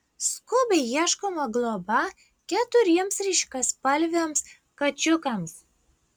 skubiai ieškoma globa keturiems ryškiaspalviams kačiukams